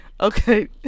Okay